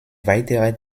weiterer